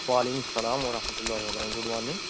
و علیکم السلام و رحمۃ اللہ و برکاتہ گڈ مارننگ